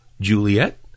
Juliet